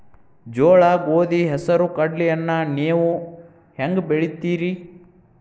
ಜೋಳ, ಗೋಧಿ, ಹೆಸರು, ಕಡ್ಲಿಯನ್ನ ನೇವು ಹೆಂಗ್ ಬೆಳಿತಿರಿ?